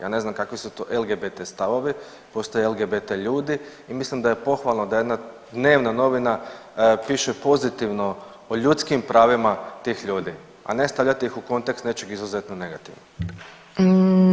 Ja ne znam kakvi su to LGBT stavovi, postoje LGBT ljudi i mislim da je pohvalno da jedna dnevna novina piše pozitivno o ljudskim pravima tih ljudi, a ne stavljati ih u kontekst nečeg izuzetno negativnog.